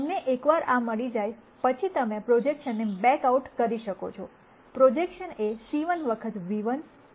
તમને એક વાર આ મળી જાય પછી તમે પ્રોજેકશન ને બેક આઉટ કરી શકો છો પ્રોજેકશન એ c1 વખત ν₁ c2 વખત ν ₂ છે